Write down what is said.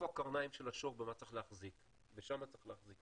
הקרניים של השור ובמה צריך להחזיק ושם צריך להחזיק,